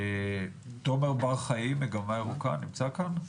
תומר בר חיים ממגמה ירוקה נמצא כאן?